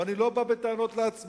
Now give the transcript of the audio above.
ואני לא בא בטענות לעצמנו.